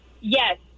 Yes